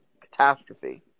catastrophe